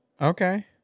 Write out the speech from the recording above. Okay